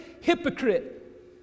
hypocrite